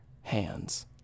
hands